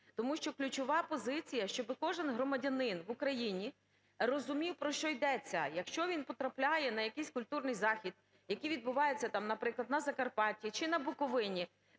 Тому що ключова позиція – щоби кожен громадянин в Україні розумів, про що йдеться. Якщо він потрапляє на якийсь культурний захід, який відбувається там, наприклад, на Закарпатті чи на Буковині,